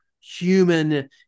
human